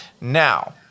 Now